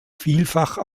vielfach